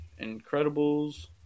Incredibles